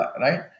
Right